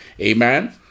Amen